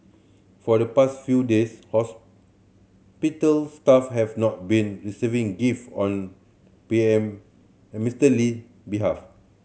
for the past few days hospital staff have not been receiving gift on P M Mister Lee behalf